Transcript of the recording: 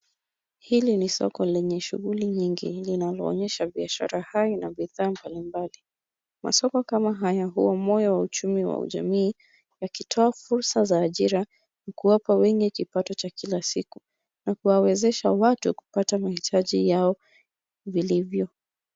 Hili ni soko lenye shughuli nyingi, linaloonyesha biashara hai na bidhaa mbalimbali. Masoko kama haya huwa moyo wa uchumi wa jamii, yakitoa fursa za ajira na kuwapa wengi kipato cha kila siku na kuwawezesha watu kupata mahitaji yao vilivyo.